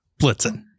Blitzing